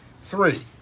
three